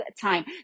time